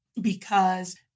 because-